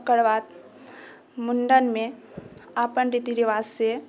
ओकर बाद मुण्डनमे अपन रीति रिवाजसँ